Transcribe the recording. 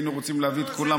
היינו רוצים להביא את כולם,